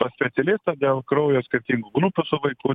pas specialistą dėl kraujo skirtingų grupių su vaiku